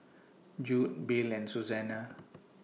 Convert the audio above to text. Jude Bill and Susana